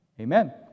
Amen